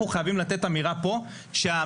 אנחנו חייבים לתת אמירה פה שהמדינה